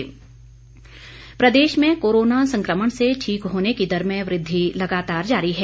Himachal corona Pradesh में corona सं क्रमण से ठीक होने की दर में वृद्धि लगातार जारी है